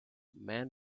man